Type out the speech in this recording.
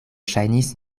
ŝajnis